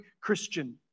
Christian